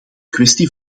kwestie